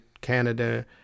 Canada